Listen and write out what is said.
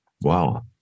wow